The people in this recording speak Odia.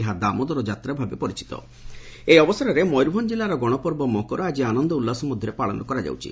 ଏହା ଦାମୋଦର ଯାତ୍ରା ଭାବେ ମଧ୍ଧ ପରିଚିତ ଏହି ଅବସରରେ ମୟୂରଭଞ କିଲ୍ଲାର ଗଶପର୍ବ 'ମକର' ଆକି ଆନନ୍ଦ ଉଲ୍ଲାସ ମଧ୍ଧରେ ପାଳନ କରାଯାଉଛି